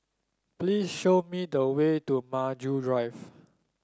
please show me the way to Maju Drive